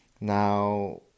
now